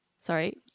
sorry